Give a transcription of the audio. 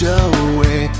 away